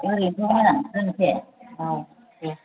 ओरैनोथ' मोजां दोनसै औ दे